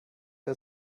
der